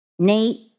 Nate